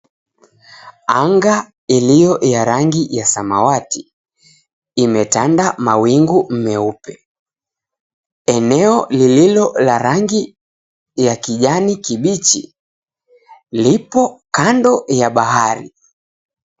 Anga ilio ya rangi ya samawati imetanda mawingu meupe. Eneo lililo la rangi ya kijani kibichi lipo kando ya bahari.